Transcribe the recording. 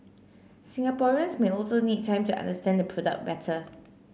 Singaporeans may also need time to understand the product better